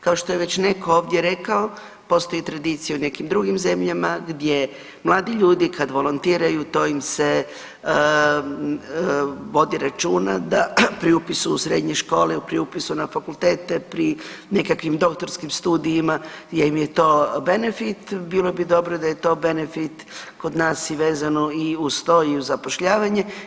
Kao što je već netko ovdje rekao postoji tradicija u nekim drugim zemljama gdje mladi ljudi kad volontiraju to im se vodi računa da pri upisu u srednje škole, pri upisu na fakultete, pri nekakvim doktorskim studijima gdje im je to benefit bilo bi dobro da je to benefit kod nas i vezano i uz to i uz zapošljavanje.